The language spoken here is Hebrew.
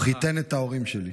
הוא חיתן את ההורים שלי.